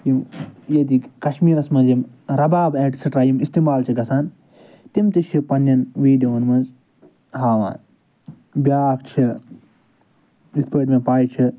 یِم ییٚتِکۍ کَشمیٖرَس منٛز یِم رَباب اینٛڈ سٕٹرایِم اِستعمال چھِ گژھان تِم تہِ چھِ پَنٛنٮ۪ن ویڈِیووَن منٛز ہاوان بیٛاکھ چھِ یِتھ پٲٹھۍ مےٚ پَے چھِ